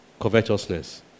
covetousness